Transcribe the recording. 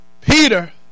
Peter